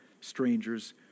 strangers